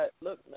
Look